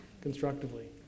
constructively